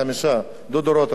דודו רותם, חמישה.